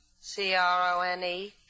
C-R-O-N-E